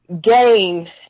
gain